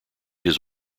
his